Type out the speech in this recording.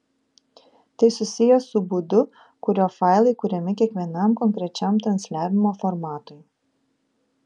tai susiję su būdu kuriuo failai kuriami kiekvienam konkrečiam transliavimo formatui